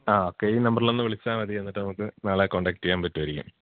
ആ ഓക്കെ ഈ നമ്പറിലൊന്ന് വിളിച്ചാൽ മതി എന്നിട്ട് നമുക്ക് നാളെ കോണ്ടാക്ട് ചെയ്യാൻ പറ്റുമായിരിക്കും